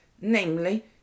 namely